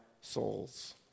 souls